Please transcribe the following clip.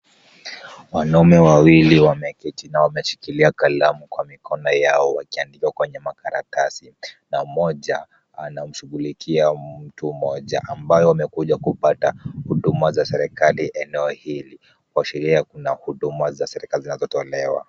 Wanaume wawili wameketi na wameshikilia kalamu kwa mikono yao au wako andika na makalatasi. Na mmoja anashughulikia mtu mmoja ambayo amekuja kupata huduma za serikali eneo hili. Kuashiria kuna huduma za serikali zinazotolewa.